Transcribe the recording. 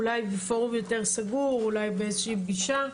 אולי בפורום יותר סגור, אולי באיזושהי פגישה,